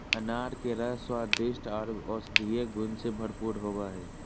अनार के रस स्वादिष्ट आर औषधीय गुण से भरपूर होवई हई